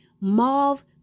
mauve